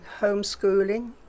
homeschooling